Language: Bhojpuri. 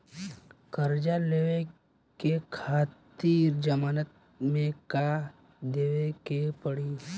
कर्जा लेवे खातिर जमानत मे का देवे के पड़ी?